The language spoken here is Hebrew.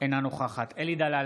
אינה נוכחת אלי דלל,